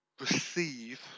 Receive